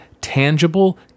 tangible